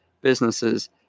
businesses